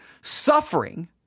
suffering